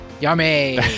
Yummy